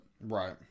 right